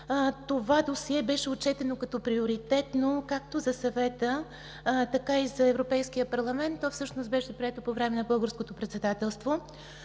Това досие беше отчетено като приоритетно както за Съвета, така и за Европейския парламент. То всъщност беше прието по време на Българското председателство.